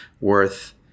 worth